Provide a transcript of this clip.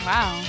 Wow